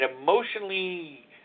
emotionally